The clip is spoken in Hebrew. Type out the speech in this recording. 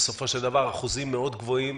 שבסופו של דבר אחוזים מאוד גבוהים